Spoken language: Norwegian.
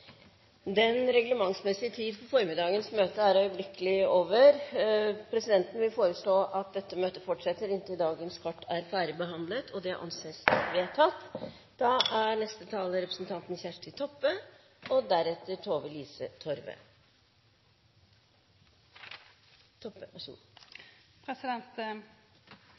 Den reglementsmessige tiden for formiddagens møte er øyeblikkelig over. Presidenten vil foreslå at dette møtet fortsetter inntil dagens kart er ferdigbehandlet. – Det anses vedtatt.